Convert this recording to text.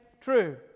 true